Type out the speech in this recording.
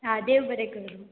आं देव बरें करूं